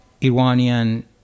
Iranian